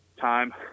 time